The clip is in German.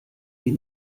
die